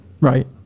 Right